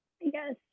Yes